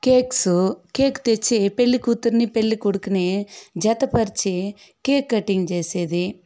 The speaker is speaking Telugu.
కేక్స్ కేక్ తెచ్చి పెళ్ళికూతురిని పెళ్ళికొడుకుని జతపరిచి కేక్ కటింగ్ చేసేది